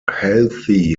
healthy